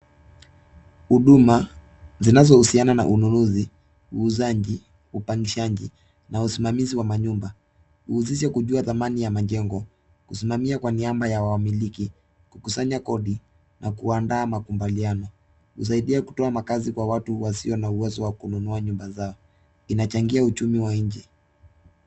Huduma zinazohusiana na ununuzi, uuzaji, upangishaji na usimamizi wa manyumba huhusisha kujua dhamani ya majengo, kusimamia kwa niaba ya wamiliki, kukusanya kodi na kuandaa makubaliano husaidia kutoa makazi kwa watu wasio na uwezo wa kununua nyumba zao. Inachangia uchumi wa nchi.